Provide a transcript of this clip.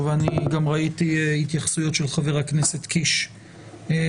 ואני גם ראיתי התייחסויות של חבר הכנסת קיש לנושא